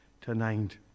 tonight